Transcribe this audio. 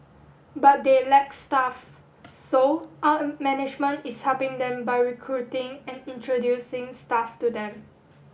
but they lack staff so our management is helping them by recruiting and introducing staff to them